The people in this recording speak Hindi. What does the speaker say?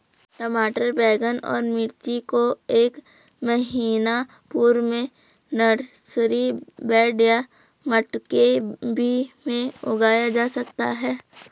टमाटर बैगन और मिर्ची को एक महीना पूर्व में नर्सरी बेड या मटके भी में उगाया जा सकता है